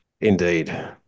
indeed